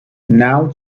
now